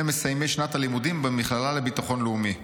מסיימי שנת הלימודים במכללה לביטחון לאומי.